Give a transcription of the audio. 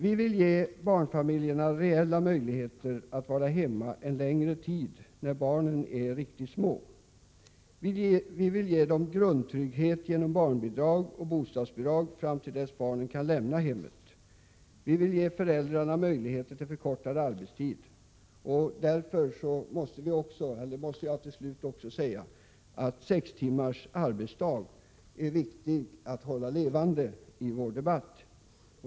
Vi vill ge barnfamiljerna reella möjligheter att vara hemma en längre tid när barnen är riktigt små, vi vill ge dem grundtrygghet genom barnbidrag och bostadsbidrag fram till dess att barnen kan lämna hemmet och vi vill ge föräldrarna möjligheter till förkortad arbetstid. Jag vill mot denna bakgrund till slut säga att det är viktigt att hålla målet sex timmars arbetsdag levande i vår debatt.